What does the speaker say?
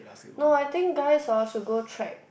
no I think guys hor should go trek